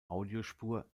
audiospur